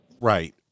Right